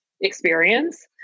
experience